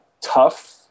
tough